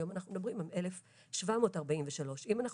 היום אנחנו מדברים על 1,743. אם אנחנו